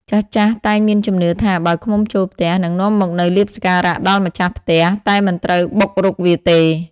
ចាស់ៗ តែងមានជំនឿថា បើឃ្មុំចូលផ្ទះ និងនាំមកនូវលាភសក្ការៈដល់ម្ចាស់ផ្ទះ តែមិនត្រូវបុករុកវាទេ។